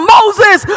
Moses